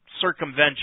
circumvention